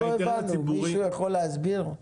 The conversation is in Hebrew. מישהו יכול להסביר?